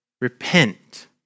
repent